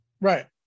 Right